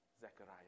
Zechariah